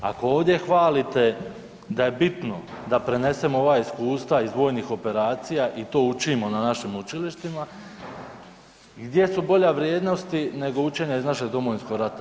Ako ovdje hvalite da je bitno da prenesemo ova iskustva iz vojnih operacija i to učimo na našim učilištima, gdje su bolja vrijednosti nego učenje iz našeg Domovinskog rata.